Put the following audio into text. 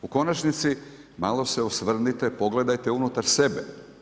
U konačnici, malo se osvrnite, pogledajte unutar sebe.